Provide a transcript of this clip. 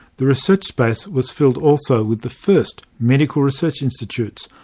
the research space was filled also with the first medical research institutes,